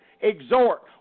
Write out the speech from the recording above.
exhort